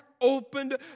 opened